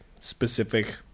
specific